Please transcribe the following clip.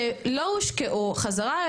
שלא הושקעו חזרה,